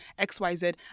xyz